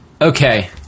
Okay